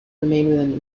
remained